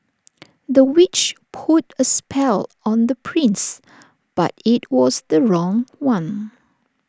the witch put A spell on the prince but IT was the wrong one